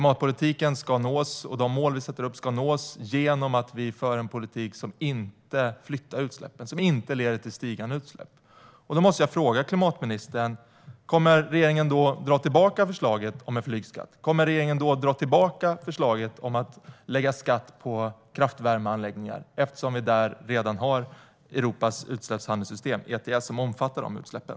Målen ska uppnås genom att vi för en klimatpolitik som inte leder till stigande utsläpp. Kommer regeringen att dra tillbaka förslaget om en flygskatt? Kommer regeringen att dra tillbaka förslaget om att lägga skatt på kraftvärmeanläggningar eftersom Europas utsläppshandelssystem, ETS, redan omfattar de utsläppen?